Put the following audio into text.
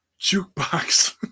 jukebox